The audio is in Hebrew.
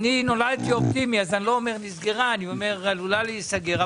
נולדתי אופטימי אז אני לא אומר שהיא סגורה אלא עלולה להיסגר.